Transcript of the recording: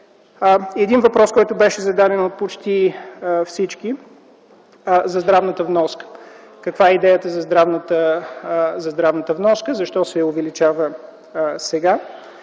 Един въпрос беше зададен от почти всички – за здравната вноска. Каква е идеята за здравната вноска, защо се увеличава сега,